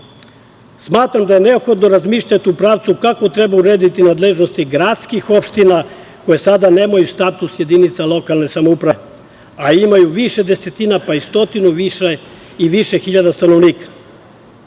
da je neophodno razmišljati u pravcu kako treba urediti nadležnosti gradskih opština koje sada nemaju status jedinica lokalne samouprave, a imaju više desetina pa i stotinu i više hiljada stanovnika.